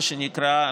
מה שנקרא,